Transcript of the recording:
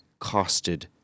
costed